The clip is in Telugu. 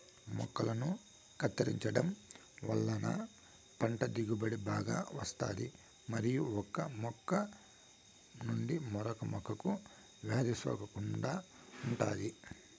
మొక్కలను కత్తిరించడం వలన పంట దిగుబడి బాగా వస్తాది మరియు ఒక మొక్క నుంచి మరొక మొక్కకు వ్యాధి సోకకుండా ఉంటాది